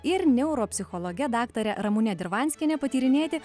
ir neuropsichologe daktare ramune dirvanskiene patyrinėti